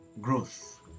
growth